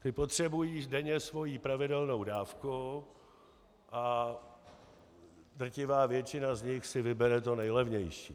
Ti potřebují denně svoji pravidelnou dávku a drtivá většina z nich si vybere to nejlevnější.